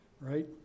Right